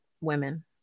women